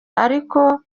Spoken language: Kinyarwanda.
ariko